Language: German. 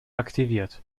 aktiviert